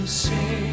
say